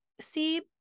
See